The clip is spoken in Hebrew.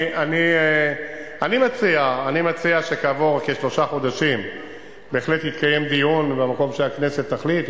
אני מציע שכעבור כשלושה חודשים בהחלט יתקיים דיון במקום שהכנסת תחליט,